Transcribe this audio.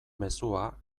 mezua